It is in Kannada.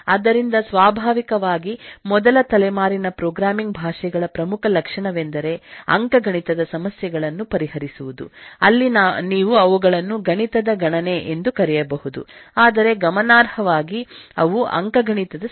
ಆದ್ದರಿಂದ ಸ್ವಾಭಾವಿಕವಾಗಿ ಮೊದಲ ತಲೆಮಾರಿನ ಪ್ರೋಗ್ರಾಮಿಂಗ್ ಭಾಷೆಗಳ ಪ್ರಮುಖ ಲಕ್ಷಣವೆಂದರೆ ಅಂಕಗಣಿತದ ಸಮಸ್ಯೆಗಳನ್ನು ಪರಿಹರಿಸುವುದು ಅಲ್ಲಿ ನೀವು ಅವುಗಳನ್ನು ಗಣಿತದ ಗಣನೆ ಎಂದು ಕರೆಯಬಹುದು ಆದರೆ ಗಮನಾರ್ಹವಾಗಿ ಅವು ಅಂಕಗಣಿತದ ಸಮಸ್ಯೆಗಳಾಗಿವೆ